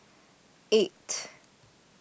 eight